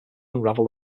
unravel